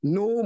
no